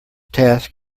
task